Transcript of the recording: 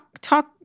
talk